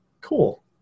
cool